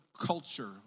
culture